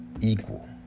equal